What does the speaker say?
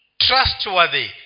trustworthy